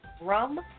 rum